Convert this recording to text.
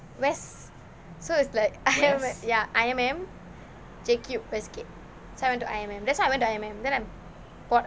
west so it's like I_M_M I_M_M J cube westgate so I went to I_M_M that's why I went to I_M_M then I bought